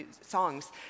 songs